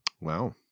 Wow